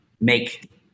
make